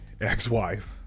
ex-wife